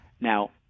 Now